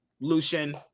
Lucian